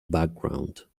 background